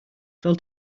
fell